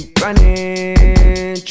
running